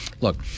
look